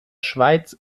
schweiz